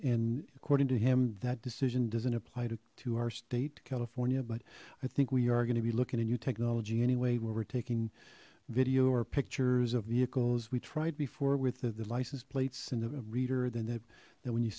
and according to him that decision doesn't apply to our state california but i think we are going to be looking at new technology anyway where we're taking video or pictures of vehicles we tried before with the license plates and a reader then that then when you